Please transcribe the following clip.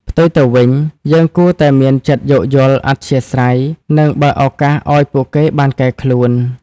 ផ្ទុយទៅវិញ យើងគួរតែមានចិត្តយោគយល់ អធ្យាស្រ័យ និងបើកឱកាសឱ្យពួកគេបានកែខ្លួន។